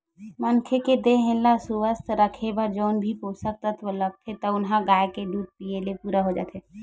मनखे के देहे ल सुवस्थ राखे बर जउन भी पोसक तत्व लागथे तउन ह गाय के दूद पीए ले पूरा हो जाथे